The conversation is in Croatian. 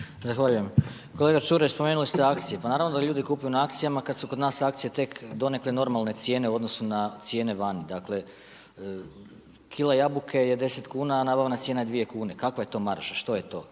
Zahvaljujem. Kolega Čuraj spomenuli ste akcije, pa naravno da ljudi kupuju na akcijama kad su kod nas akcije tek donekle normalne cijene u odnosu na cijene vani. Dakle kila jabuka je 10 kuna, a nabavna cijena je 2 kune, kakva je to marža, što je to?